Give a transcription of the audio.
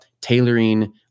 tailoring